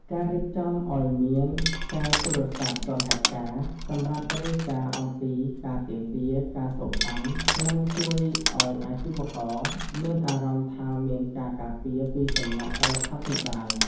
ការរៀបចំឱ្យមាន "ខ្សែទូរស័ព្ទទាន់ហេតុការណ៍" សម្រាប់រាយការណ៍អំពីការទាមទារ ការសូកប៉ាន់ នឹងជួយឱ្យអាជីវករមានអារម្មណ៍ថាមានការការពារពីសំណាក់រដ្ឋាភិបាល។